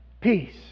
peace